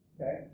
okay